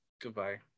goodbye